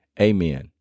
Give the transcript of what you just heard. amen